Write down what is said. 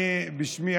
בשמי,